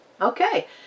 Okay